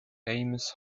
famous